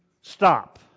stop